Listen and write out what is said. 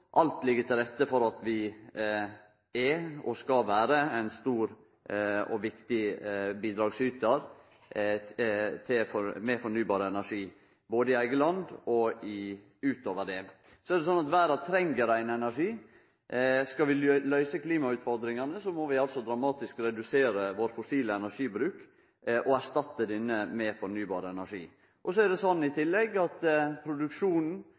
Alt ligg til rette for at vi er – og skal vere – ein stor og viktig bidragsytar til meir fornybar energi, både i eige land og utover det. Så er det sånn at verda treng rein energi. Skal vi løyse klimautfordringane, må vi dramatisk redusere vår fossile energibruk og erstatte denne med fornybar energi. Og så er det sånn i tillegg at produksjonen